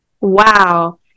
Wow